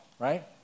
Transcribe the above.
right